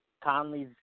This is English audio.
Conley's